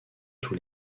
tous